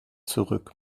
zurück